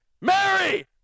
Mary